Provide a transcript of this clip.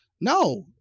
No